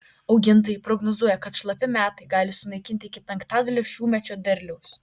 augintojai prognozuoja kad šlapi metai gali sunaikinti iki penktadalio šiųmečio derliaus